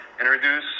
introduce